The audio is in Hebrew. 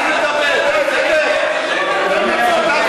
אז נדבר, אדוני היושב-ראש,